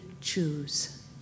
choose